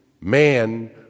man